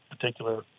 particular